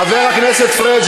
חבר הכנסת פריג',